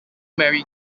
mary